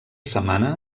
setmana